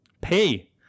pay